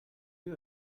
you